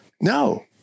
No